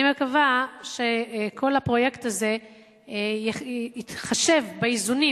אני מקווה שכל הפרויקט הזה יתחשב באיזונים